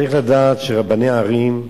צריך לדעת שרבני ערים,